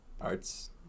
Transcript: arts